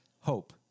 Hope